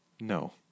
No